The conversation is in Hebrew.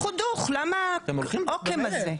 לכו דוך, למה העוקם הזה?